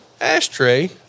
Ashtray